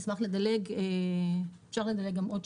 (שקף: מיזוגים).